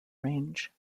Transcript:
range